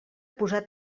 posar